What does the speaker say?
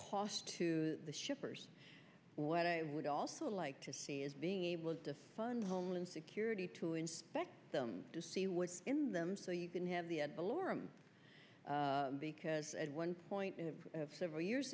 cost to the shippers what i would also like to see is being able to fund homeland security to inspect them to see what's in them so you can have the alarm because at one point several years